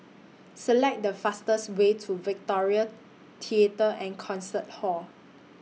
Select The fastest Way to Victoria Theatre and Concert Hall